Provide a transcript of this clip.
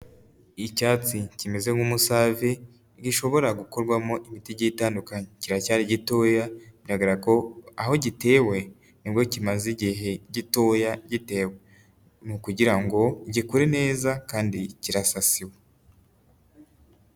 Icyatsi kimeze nk'umusave gishobora gukorwamo imiti igiye itandukanye, kiracyari gitoya bigaragara ko aho gitewe nibwo kimaze igihe gitoya gitewe ni ukugira ngo gikure neza kandi kirasasiwe.